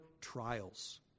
trials